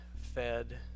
fed